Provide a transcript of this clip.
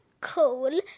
Cool